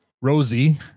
rosie